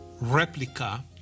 replica